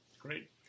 Great